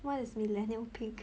what is millennial pink